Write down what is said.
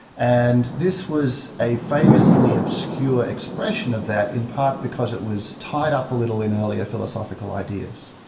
and this was a famously obscure expression of that, in part because it was tied up a little in earlier philosophical ideas.